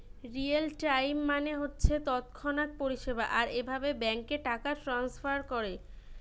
real time মানে হচ্ছে তৎক্ষণাৎ পরিষেবা আর এভাবে ব্যাংকে টাকা ট্রাস্নফার কোরে